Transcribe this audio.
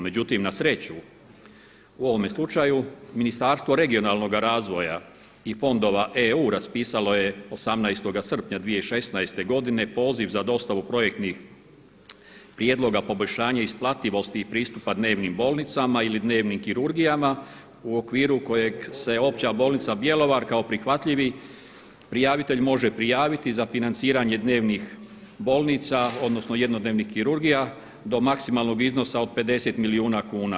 Međutim, na sreću u ovome slučaju Ministarstvo regionalnoga razvoja i fondova EU raspisalo je 18. srpnja 2016. godine poziv za dostavu projektnih prijedloga, poboljšanja isplativosti i pristupa dnevnim bolnicama ili dnevnim kirurgijama u okviru kojeg se Opća bolnica Bjelovar kao prihvatljivi prijavitelj može prijaviti za financiranje dnevnih bolnica, odnosno jednodnevnih kirurgija do maksimalnog iznosa od 50 milijuna kuna.